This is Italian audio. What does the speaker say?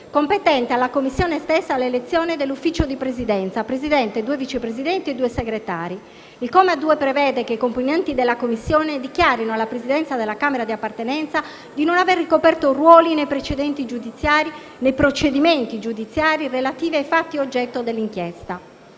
Compete alla Commissione stessa l'elezione dell'Ufficio di Presidenza (Presidente, due Vice Presidenti e due Segretari). Il comma 2 prevede che i componenti della Commissione dichiarino alla Presidenza della Camera di appartenenza di non aver ricoperto ruoli nei procedimenti giudiziari relativi ai fatti oggetto dell'inchiesta.